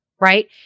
right